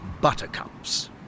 buttercups